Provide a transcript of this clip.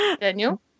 Daniel